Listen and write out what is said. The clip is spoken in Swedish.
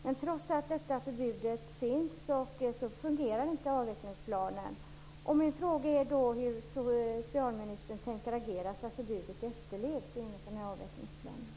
Men trots att detta förbud finns, fungerar inte avvecklingsplanen. Min fråga är hur socialministern tänker agera för att förbudet efterlevs enligt den här avvecklingsplanen.